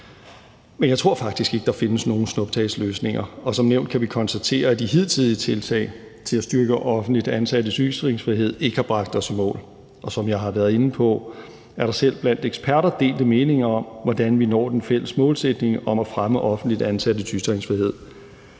Men jeg tror faktisk ikke, at der findes nogen snuptagsløsninger, og som nævnt kan vi konstatere, at de hidtidige tiltag til at styrke offentligt ansattes ytringsfrihed ikke har bragt os i mål, og som jeg har været inde på, er der selv blandt eksperter delte meninger om, hvordan vi når den fælles målsætning om at fremme offentligt ansattes ytringsfrihed.